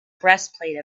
breastplate